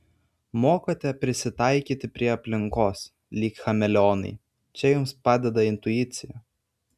mokate prisitaikyti prie aplinkos lyg chameleonai čia jums padeda intuicija